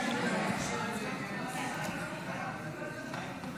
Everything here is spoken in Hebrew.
להעביר לוועדה את הצעת חוק זכויות הסטודנט (תיקון,